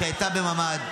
שהייתה בממ"ד.